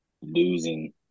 Losing